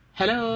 Hello